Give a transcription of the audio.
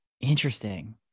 Interesting